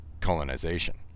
colonization